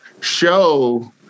show